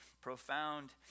profound